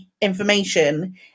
information